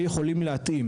שיכולים להתאים.